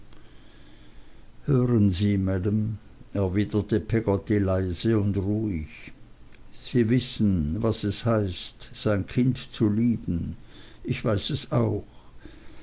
hören sie maam erwiderte peggotty leise und ruhig sie wissen was es heißt sein kind zu lieben ich weiß es auch